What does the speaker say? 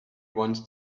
ones